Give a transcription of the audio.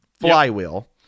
flywheel